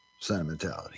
sentimentality